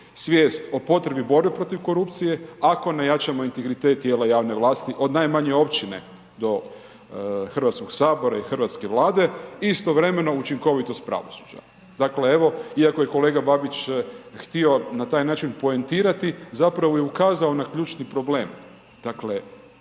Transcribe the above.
svijest o potrebi borbe protiv korupcije ako ne jačamo integritet tijela javne vlasti od najmanje općine do Hrvatskog sabor i hrvatske Vlade istovremeno i učinkovitost pravosuđa. Dakle, evo iako je kolega Babić htio na taj način poentirati, zapravo je ukazao na ključni problem. Dakle